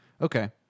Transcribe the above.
Okay